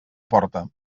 porta